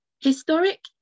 Historic